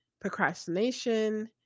procrastination